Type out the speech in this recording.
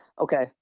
okay